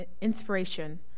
inspiration